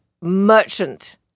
merchant